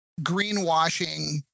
greenwashing